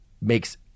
makes